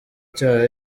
cyaha